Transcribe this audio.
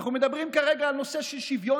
אנחנו מדברים כרגע על נושא השוויון,